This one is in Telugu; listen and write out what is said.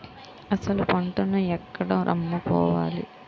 అసలు పంటను ఎక్కడ అమ్ముకోవాలి?